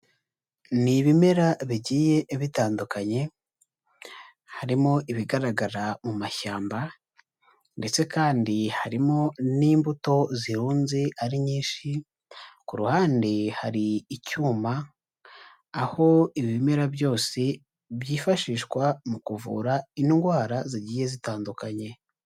Ni ibimera bigiye bitandukanye, harimo ibigaragara mu mashyamba ndetse kandi harimo n'imbuto zirunze ari nyinshi, ku ruhande hari icyuma, aho ibimera byose byifashishwa mu kuvura indwara zigiye zitandukanye.